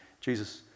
Jesus